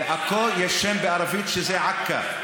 לעכו יש שם בערבית, שהוא עכא.